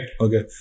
Okay